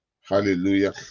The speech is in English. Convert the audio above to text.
Hallelujah